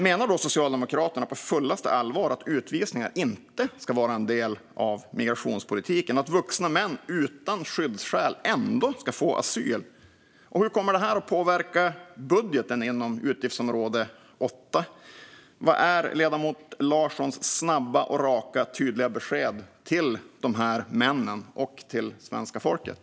Menar Socialdemokraterna på fullaste allvar att utvisningar inte ska vara en del av migrationspolitiken och att vuxna män utan skyddsskäl ska få asyl? Och hur kommer det här att påverka budgeten inom utgiftsområde 8? Vad är ledamoten Larssons snabba, raka och tydliga besked till dessa män och till svenska folket?